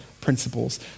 principles